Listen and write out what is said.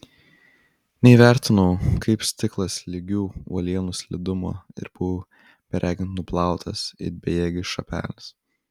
neįvertinau kaip stiklas lygių uolienų slidumo ir buvau beregint nuplautas it bejėgis šapelis